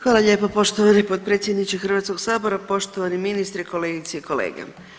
Hvala lijepo poštovani potpredsjedniče Hrvatskog sabora, poštovani ministre, kolegice i kolege.